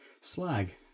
slag